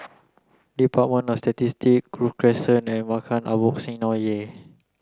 Department of Statistics Grove Crescent and Maghain Aboth Synagogue